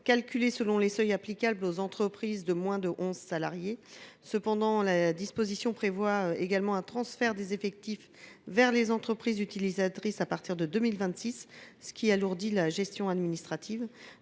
calculées selon les seuils applicables aux entreprises de moins de onze salariés. Cependant, la disposition visée prévoit également un transfert des effectifs vers les entreprises utilisatrices à partir de 2026, ce qui alourdit la gestion administrative.